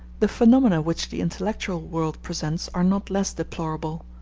the phenomena which the intellectual world presents are not less deplorable.